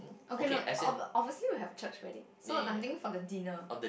okay no obv~ obviously you'll have church wedding so I'm thinking for the dinner